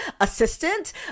assistant